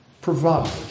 provide